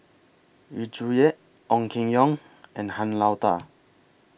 Yu Zhuye Ong Keng Yong and Han Lao DA